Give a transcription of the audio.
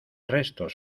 restos